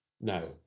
no